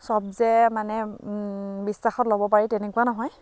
সব যে মানে বিশ্বাসত ল'ব পাৰি তেনেকুৱা নহয়